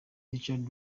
richard